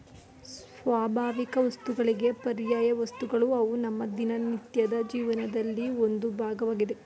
ಸ್ವಾಭಾವಿಕವಸ್ತುಗಳಿಗೆ ಪರ್ಯಾಯವಸ್ತುಗಳು ಅವು ನಮ್ಮ ದಿನನಿತ್ಯದ ಜೀವನದಲ್ಲಿ ಒಂದು ಭಾಗವಾಗಿದೆ